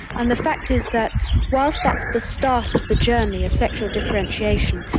and the fact is that whilst that's the start of the journey of sexual differentiation,